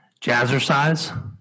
jazzercise